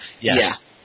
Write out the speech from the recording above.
Yes